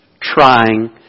trying